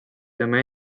tema